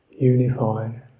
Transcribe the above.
unified